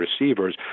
receivers